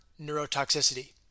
neurotoxicity